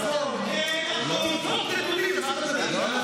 ונכון, אנחנו נאבקנו על כרטיסי המזון.